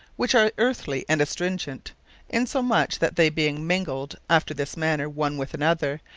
which are earthy and astringent insomuch, that they being mingled after this manner one with another,